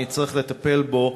ונצטרך לטפל בו,